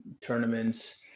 tournaments